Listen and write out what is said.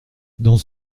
dans